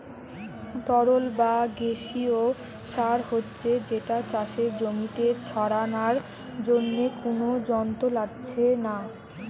তরল বা গেসিও সার হচ্ছে যেটা চাষের জমিতে ছড়ানার জন্যে কুনো যন্ত্র লাগছে না